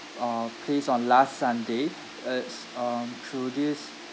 uh placed on last sunday it's um through this